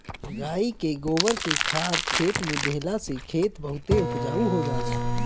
गाई के गोबर के खाद खेते में देहला से खेत बहुते उपजाऊ हो जाला